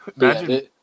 Imagine